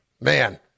Man